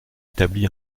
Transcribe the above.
établi